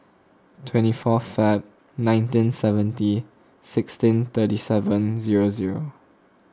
twenty fourth Feb nineteen seventy sixteen thirty seven zero zero